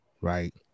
right